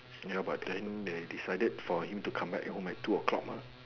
ya but then it's like that for him to come back home at two o-clock lah